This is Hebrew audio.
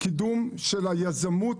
קידום של היזמות,